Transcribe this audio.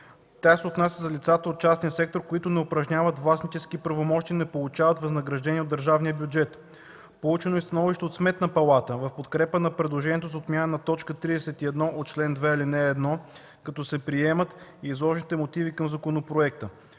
Тя се отнася за лица от частния сектор, които не упражняват властнически правомощия и не получават възнаграждение от държавния бюджет. Получено е и становище от Сметната палата в подкрепа на предложението за отмяната на т. 31 от чл. 2, ал. 1, като се приемат и изложените мотиви към законопроекта.